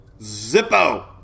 Zippo